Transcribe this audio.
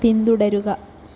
പിന്തുടരുക